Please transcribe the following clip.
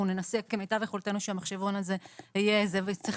אנחנו ננסה כמיטב יכולתנו שהמחשבון הזה יהיה אבל צריך